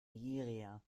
nigeria